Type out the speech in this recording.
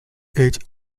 age